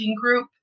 group